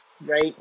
right